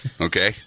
okay